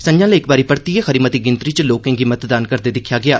संझां'लै इक बारी परतियै खरी मती गिनतरी च लोकें गी मतदान करदे दिक्खेआ गेआ